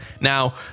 Now